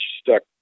stuck